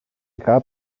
grab